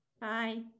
Bye